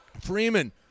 Freeman